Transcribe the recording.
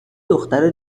دختر